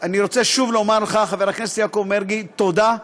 אני רוצה שוב לומר לך, חבר הכנסת יעקב מרגי, תודה,